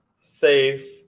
safe